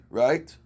right